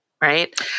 Right